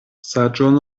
saĝon